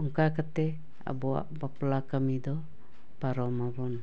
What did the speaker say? ᱩᱱᱠᱟ ᱠᱟᱛᱮ ᱟᱵᱚᱣᱟᱜ ᱵᱟᱯᱞᱟ ᱠᱟᱹᱢᱤᱫᱚ ᱯᱟᱨᱚᱢᱟᱵᱚᱱ